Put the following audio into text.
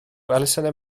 elusennau